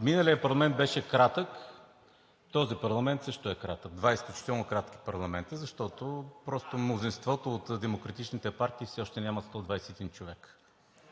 Миналият парламент беше кратък, този парламент също е кратък – два изключително кратки парламента, защото просто мнозинството от демократичните партии все още нямат 121 човека.